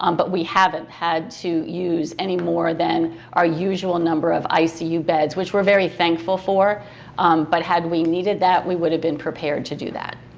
um but we haven't had to use any more than our usual number of icu beds which we're very thankful for but had we needed that we would have been prepared to do that.